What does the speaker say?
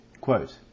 Quote